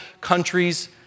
countries